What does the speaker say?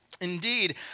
Indeed